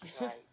Right